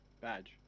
Badge